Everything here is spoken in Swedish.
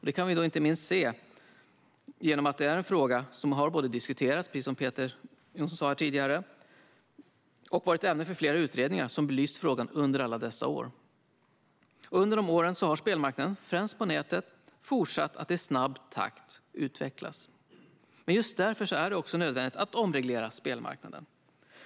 Det kan vi se inte minst genom att det är en fråga som har både diskuterats länge, precis som Peter Johnsson sa här tidigare, och varit ämne för flera utredningar under många år. Under dessa år har spelmarknaden, främst på nätet, fortsatt att utvecklas i snabb takt. Just därför är det också nödvändigt att omreglera spelmarknaden.